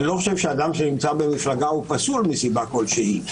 אני לא חושב שאדם שנמצא במפלגה פסול מסיבה כלשהי,